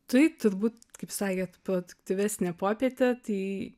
tai turbūt kaip sakėt produktyvesnė popietė tai